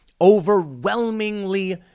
overwhelmingly